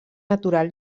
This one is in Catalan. natural